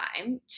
time